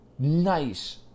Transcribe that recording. nice